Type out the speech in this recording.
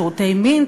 שירותי מין,